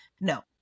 No